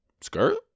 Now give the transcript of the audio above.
Skirt